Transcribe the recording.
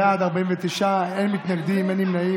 בעד, 49, אין מתנגדים, אין נמנעים.